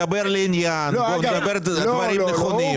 זו חברה אזרחית והוא מדבר לעניין והוא מדבר דברים נכונים.